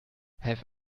have